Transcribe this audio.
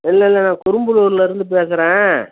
இல்லை இல்லை நான் குரும்புலூர்லிருந்து பேசுறேன்